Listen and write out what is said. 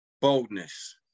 boldness